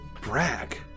Brag